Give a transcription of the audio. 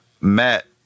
Matt